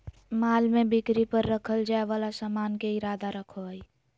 माल में बिक्री पर रखल जाय वाला सामान के इरादा रखो हइ